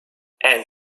and